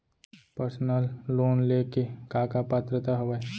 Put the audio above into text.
Personal loan ले के का का पात्रता का हवय?